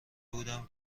بودم